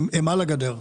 הם על הגדר.